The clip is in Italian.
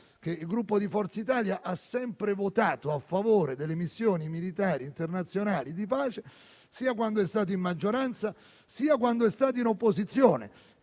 il Gruppo di Forza Italia ha sempre votato a favore delle missioni militari internazionali di pace sia quando è stato in maggioranza, sia quando è stato all'opposizione